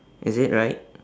is it right